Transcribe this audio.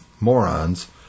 morons